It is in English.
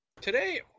Today